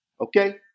okay